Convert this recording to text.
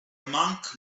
monk